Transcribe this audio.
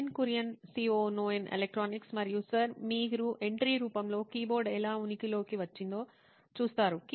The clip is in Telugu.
నితిన్ కురియన్ COO నోయిన్ ఎలక్ట్రానిక్స్ మరియు సర్ మీరు ఎంట్రీ రూపంలో కీబోర్డ్ ఎలా ఉనికిలోకి వచ్చిందో చూసారు